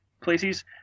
places